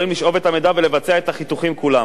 יכולים לשאוב את המידע ולבצע את החיתוכים כולם.